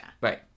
Right